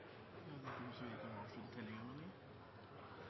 nå er satt ned, men